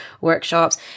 workshops